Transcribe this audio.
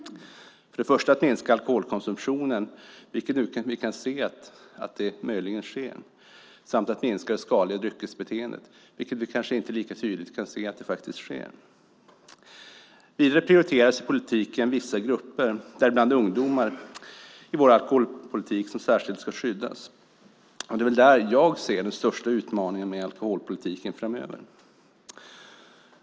För det första gäller det att minska alkoholkonsumtionen, vilket vi nu möjligen kan se ske. För det andra gäller det att minska det skadliga dryckesbeteendet, vilket vi kanske inte lika tydligt kan se ske. Vidare prioriteras i vår alkoholpolitik vissa grupper, däribland ungdomar, som särskilt ska skyddas. Det är där jag ser den största utmaningen i alkoholpolitiken framöver.